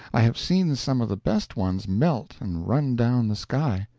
i have seen some of the best ones melt and run down the sky.